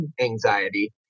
anxiety